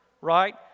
right